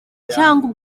cyangwa